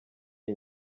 iyi